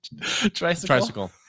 tricycle